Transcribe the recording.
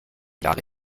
jahre